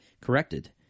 corrected